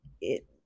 it-